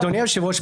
אדוני היושב-ראש,